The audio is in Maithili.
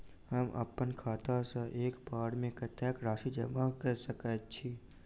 हम अप्पन खाता सँ एक बेर मे कत्तेक राशि जमा कऽ सकैत छी?